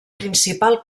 principal